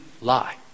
lie